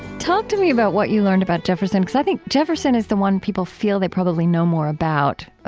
talk to me about what you learned about jefferson, because i think jefferson is the one people feel they probably know more about,